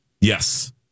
Yes